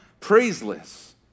praiseless